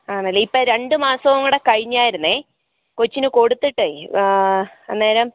ആണല്ലേ ഇപ്പം രണ്ടു മാസോം കൂടെ കയിഞ്ഞാരുന്നേ കൊച്ചിന് കൊടുത്തിട്ടേ അന്നേരം